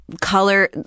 color